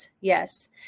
yes